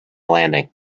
landing